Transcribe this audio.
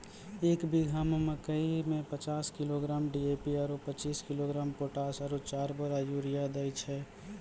एक बीघा मे मकई मे पचास किलोग्राम डी.ए.पी आरु पचीस किलोग्राम पोटास आरु चार बोरा यूरिया दैय छैय?